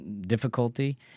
difficulty